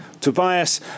Tobias